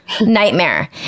Nightmare